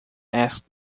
ask